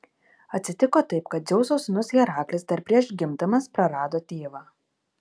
atsitiko taip kad dzeuso sūnus heraklis dar prieš gimdamas prarado tėvą